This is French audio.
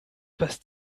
passe